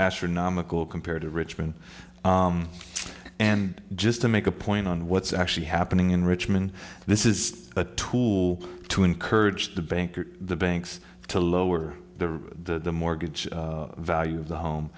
astronomical compared to richmond and just to make a point on what's actually happening in richmond this is a tool to encourage the bank or the banks to lower the mortgage value of the home